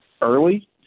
early